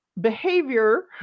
behavior